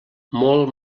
molt